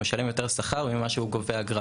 שהוא משלם יותר שכר ממה שהוא גובה אגרה.